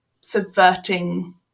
subverting